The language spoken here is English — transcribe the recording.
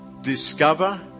discover